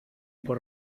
por